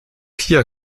hier